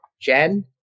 Jen